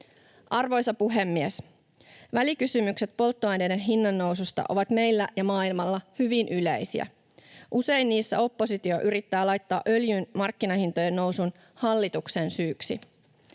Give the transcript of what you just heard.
Arvoisa puhemies! Välikysymykset polttoaineiden hinnan noususta ovat meillä ja maailmalla hyvin yleisiä. Usein niissä oppositio yrittää laittaa öljyn markkinahintojen nousun hallituksen syyksi.